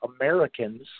Americans